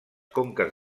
conques